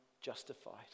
justified